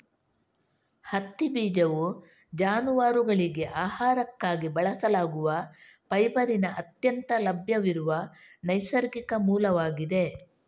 ಹತ್ತಿ ಬೀಜವು ಜಾನುವಾರುಗಳಿಗೆ ಆಹಾರಕ್ಕಾಗಿ ಬಳಸಲಾಗುವ ಫೈಬರಿನ ಅತ್ಯಂತ ಲಭ್ಯವಿರುವ ನೈಸರ್ಗಿಕ ಮೂಲವಾಗಿದೆ